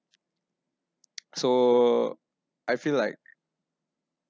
so I feel like